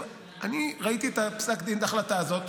אני ראיתי את פסק הדין, את ההחלטה הזאת,